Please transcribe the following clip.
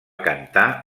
cantar